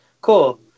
Cool